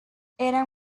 eran